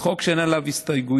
זה חוק שאין עליו הסתייגויות